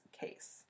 case